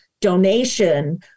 donation